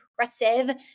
impressive